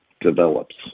develops